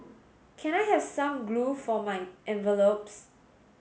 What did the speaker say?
can I have some glue for my envelopes